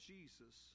Jesus